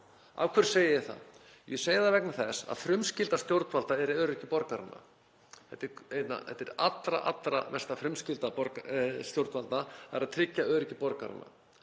Af hverju segi ég það? Ég segi það vegna þess að frumskylda stjórnvalda er öryggi borgaranna. Það er allra mesta frumskylda stjórnvalda að tryggja öryggi borgaranna